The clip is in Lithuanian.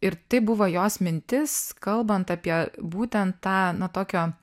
ir tai buvo jos mintis kalbant apie būten tą na tokio